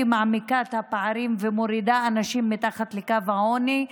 מעמיקה את הפערים ומורידה אנשים מתחת לקו העוני,